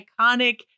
iconic